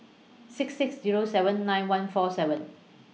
six six Zero seven nine one four seven